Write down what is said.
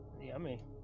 Yummy